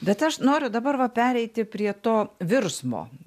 bet aš noriu dabar va pereiti prie to virsmo